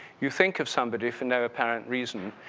you think of somebody for no apparent reason